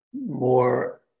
more